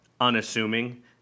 unassuming